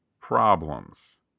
problems